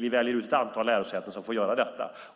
Vi väljer ut ett antal lärosäten som får göra detta.